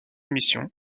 émission